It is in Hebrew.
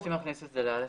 אתם רוצים להכניס את זה ל-(א)(1).